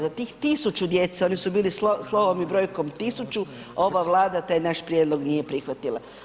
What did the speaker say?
Za tih 1000 djece, oni su bili slovom i brojkom 1000, ova Vlada taj naš prijedlog nije prihvatila.